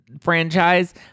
franchise